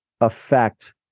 affect